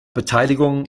beteiligungen